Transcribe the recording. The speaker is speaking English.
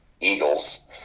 Eagles